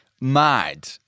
mad